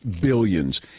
billions